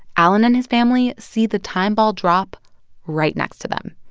allen and his family see the time ball drop right next to them,